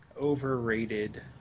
Overrated